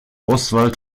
oswald